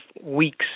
weeks